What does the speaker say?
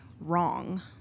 wrong